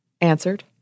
Answered